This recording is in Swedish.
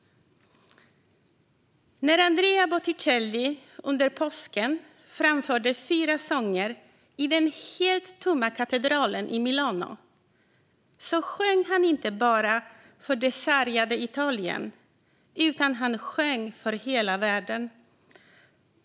När Andrea Bocelli under påsken framförde fyra sånger i den helt tomma katedralen i Milano sjöng han inte bara för det sargade Italien, utan han sjöng för hela världen.